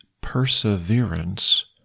perseverance